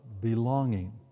belonging